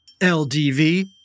LDV